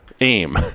aim